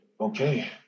okay